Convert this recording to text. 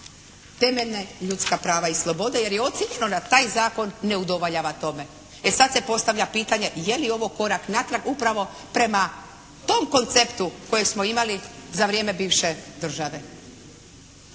temeljna ljudska prava i slobode jer je ocijenjeno da taj zakon ne udovoljava tome. E sad se postavlja pitanje je li ovo korak natrag upravo prema tom konceptu koje smo imali za vrijeme bivše države?